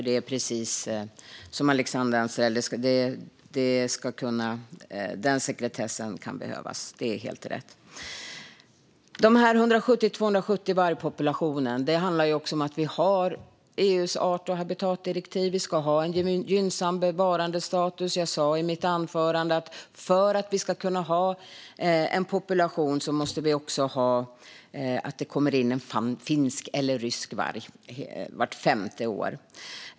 Det är precis som Alexandra Anstrell sa att en sådan sekretess kan behövas; det är helt rätt. En population på 170-270 vargar handlar bland annat om EU:s art och habitatdirektiv. Vi ska ha en gynnsam bevarandestatus. Jag sa i mitt anförande att för att vi ska kunna ha en population behöver en finsk eller rysk varg komma in vart femte år.